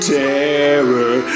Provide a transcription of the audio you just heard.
terror